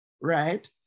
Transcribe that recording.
right